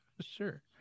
Sure